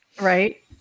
right